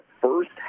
first